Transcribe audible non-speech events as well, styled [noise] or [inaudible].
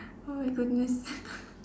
oh my goodness [laughs]